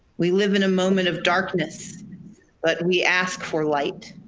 we live in a moment of darkness but we ask for light.